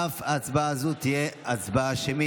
אף הצבעה זו תהיה הצבעה שמית.